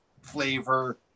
flavor